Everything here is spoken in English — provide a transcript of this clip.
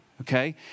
okay